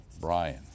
Brian